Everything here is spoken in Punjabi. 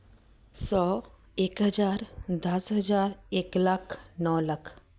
ਸੌ ਇੱਕ ਹਜ਼ਾਰ ਦਸ ਹਜ਼ਾਰ ਇੱਕ ਲੱਖ ਨੌਂ ਲੱਖ